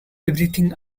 everything